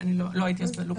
אני לא הייתי אז בלופ הזה.